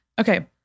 Okay